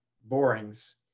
borings